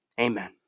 Amen